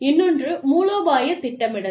இன்னொன்று மூலோபாய திட்டமிடல்